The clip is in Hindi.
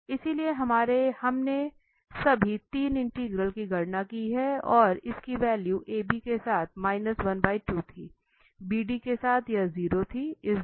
इसलिए हमने सभी 3 इंटीग्रल की गणना की है और इसलिए वैल्यू AB के साथ 1 2 थी BD के साथ यह 0 थी इस DA के साथ ये 1 2 है